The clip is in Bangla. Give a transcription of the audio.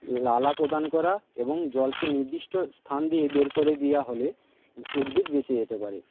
লালা প্রদান করা এবং জলকে নির্দিষ্ট স্থান দিয়ে বের করে দেওয়া হলে উদ্ভিদ বেঁচে যাতে পারে